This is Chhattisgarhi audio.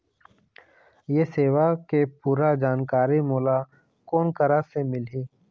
ये सेवा के पूरा जानकारी मोला कोन करा से मिलही?